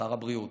שר הבריאות,